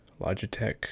Logitech